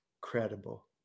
credible